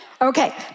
Okay